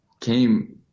came